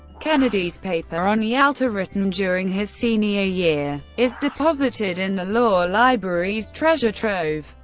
kennedy's paper on yalta, written during his senior year, is deposited in the law library's treasure trove.